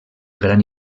gran